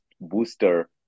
booster